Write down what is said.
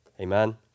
Amen